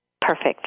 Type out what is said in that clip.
Perfect